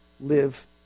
live